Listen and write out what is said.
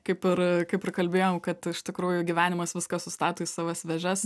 kaip ir kaip ir kalbėjom kad iš tikrųjų gyvenimas viską sustato į savas vėžes